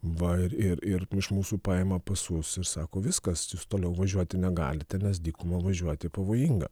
va ir ir ir iš mūsų paima pasus ir sako viskas jūs toliau važiuoti negalite nes dykuma važiuoti pavojinga